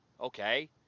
Okay